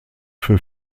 für